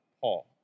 Paul